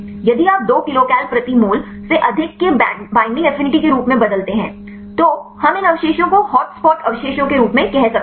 यदि आप 2 किलोकल प्रति मोल से अधिक के बैंडिंग एफिनिटी के रूप में बदलते हैं तो हम इन अवशेषों को हॉट स्पॉट अवशेषों के रूप में कह सकते हैं